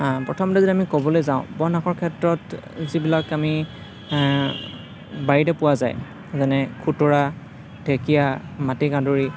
প্ৰথমতে আমি যদি ক'বলৈ যাওঁ বন শাকৰ ক্ষেত্ৰত যিবিলাক আমি বাৰীতে পোৱা যায় যেনে খুতৰা ঢেকীয়া মাটি কাদুৰি